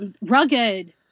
rugged